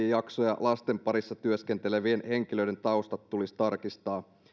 jaksoja lasten parissa työskentelevien henkilöiden taustat tulisi tarkistaa